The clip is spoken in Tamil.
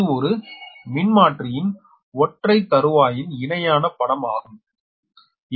இது ஒரு மின்மாற்றியின் ஒற்றை தறுவாயின் இணையான படம் ஆகும் சரியா